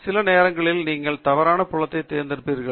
சில நேரங்களில் நீங்கள் தவறான புலத்தைத் தேர்ந்தெடுப்பீர்கள்